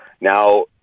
Now